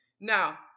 Now